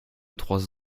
trois